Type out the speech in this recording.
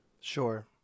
Sure